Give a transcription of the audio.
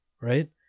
right